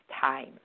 time